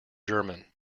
german